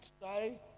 try